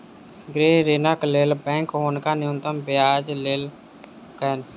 गृह ऋणक लेल बैंक हुनका न्यूनतम ब्याज लेलकैन